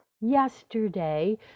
yesterday